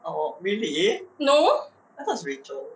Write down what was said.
orh oh really I thought is rachel